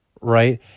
right